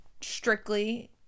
strictly